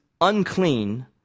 unclean